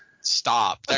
Stop